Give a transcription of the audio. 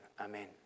amen